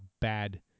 bad